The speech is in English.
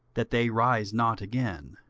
that they rise not again.